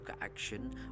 action